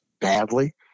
badly